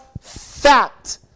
fact